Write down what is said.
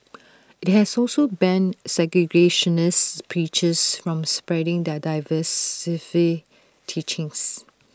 IT has also banned segregationist preachers from spreading their divisive teachings